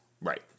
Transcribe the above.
Right